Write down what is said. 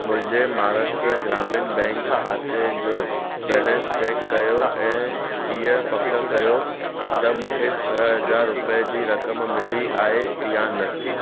मुंहिंजे महाराष्ट्रा ग्रामीण बैंक खाते जो बैलेंस चेक कयो ऐं हीअ पक कयो त मूंखे छह हज़ार रुपिए जी रक़म मिली आहे या न